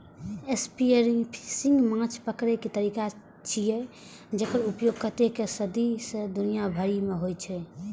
spearfishing माछ पकड़ै के तरीका छियै, जेकर उपयोग कतेको सदी सं दुनिया भरि मे होइ छै